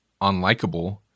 unlikable